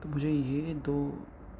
تو مجھے یہ دو